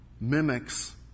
mimics